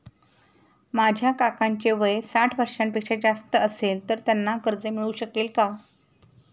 माझ्या काकांचे वय साठ वर्षांपेक्षा जास्त असेल तर त्यांना कर्ज मिळू शकेल का?